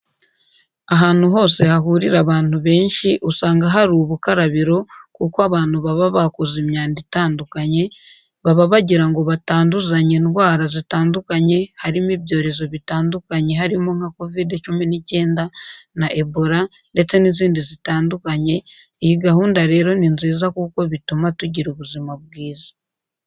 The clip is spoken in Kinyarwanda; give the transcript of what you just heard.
Ahantu hose hahurira abantu benshi usanga hari ubukarabiro kuko abantu baba bakoze imyanda itandukanye, baba bagira ngo batanduzanya indwa zitandukanye harimo ibyorezo bitandukanye harimo nka Covide cumi n'icyenda na Ebola ndetse n'izindi zitandukanye, iyi gahunda rero ni nziza ko bituma tugira ubuzima bwiza.